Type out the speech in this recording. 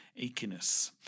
achiness